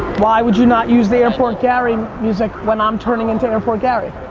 why would you not use the airport gary music when i'm turning into airport gary?